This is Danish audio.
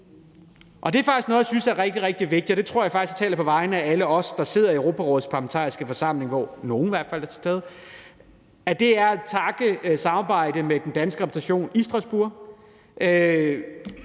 slutte af med noget, som jeg synes er rigtig, rigtig vigtigt, og der tror jeg faktisk, at jeg taler på vegne af os, der sidder i Europarådets Parlamentariske Forsamling, hvoraf nogle i hvert fald er til stede, og det er at takke for samarbejdet med den danske repræsentation i Strasbourg.